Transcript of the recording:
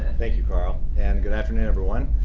thank you, carl. and good afternoon, everyone.